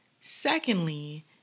Secondly